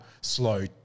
slow